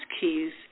keys